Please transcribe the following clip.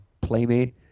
playmate